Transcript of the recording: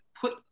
put